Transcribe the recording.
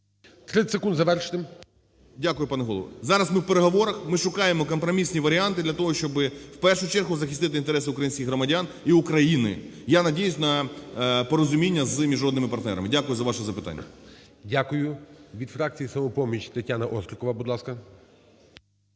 30 секунд звершити. ГРОЙСМАН В.Б. Дякую, пане Голово. Зараз ми в переговорах, ми шукаємо компромісні варіанти для того, щоби в першу чергу захистити інтереси українських громадян і України, я надіюсь на порозуміння з міжнародними партнерами. Дякую за ваше запитання. ГОЛОВУЮЧИЙ. Дякую. Від фракції "Самопоміч" ТетянаОстрікова, будь ласка.